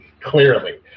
Clearly